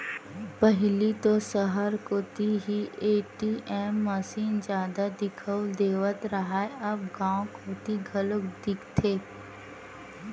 पहिली तो सहर कोती ही ए.टी.एम मसीन जादा दिखउल देवत रहय अब गांव कोती घलोक दिखथे